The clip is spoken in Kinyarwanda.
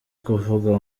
kuvuga